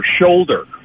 shoulder